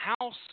house